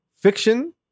Fiction